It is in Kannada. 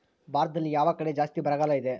ಭಾರತದಲ್ಲಿ ಯಾವ ಕಡೆ ಜಾಸ್ತಿ ಬರಗಾಲ ಇದೆ?